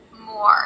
more